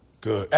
good hey,